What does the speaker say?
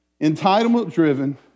entitlement-driven